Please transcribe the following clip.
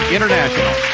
International